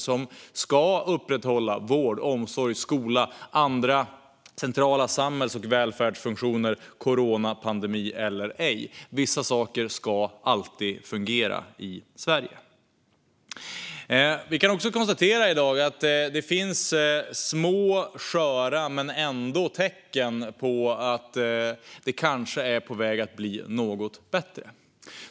Dessa ska ju upprätthålla vård, omsorg, skola och andra centrala samhälls och välfärdsfunktioner - coronapandemi eller ej. Vissa saker ska alltid fungera i Sverige. Vi kan också konstatera att det finns visserligen små och sköra men ändå tecken på att det kanske är på väg att bli något bättre.